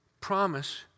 Promise